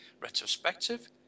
retrospective